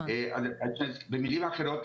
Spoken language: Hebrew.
במילים אחרות,